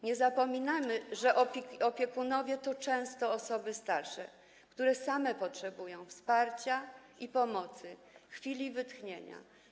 Nie zapominamy, że opiekunowie to często osoby starsze, które same potrzebują wsparcia, pomocy i chwili wytchnienia.